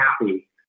happy